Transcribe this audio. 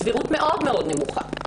סבירות מאוד מאוד נמוכה.